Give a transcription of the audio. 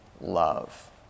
love